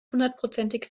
hundertprozentig